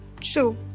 true